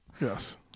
yes